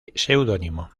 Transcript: pseudónimo